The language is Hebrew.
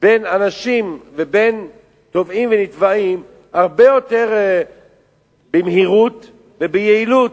בין אנשים ובין תובעים ונתבעים הרבה יותר במהירות וביעילות.